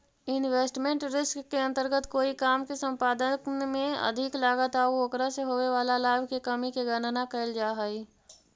investment risk के अंतर्गत कोई काम के संपादन में अधिक लागत आउ ओकरा से होवे वाला लाभ के कमी के गणना कैल जा हई